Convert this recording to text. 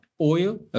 Oil